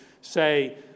say